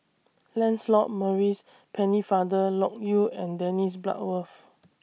Lancelot Maurice Pennefather Loke Yew and Dennis Bloodworth